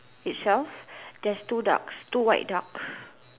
itself there's two ducks two white ducks